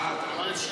שמית?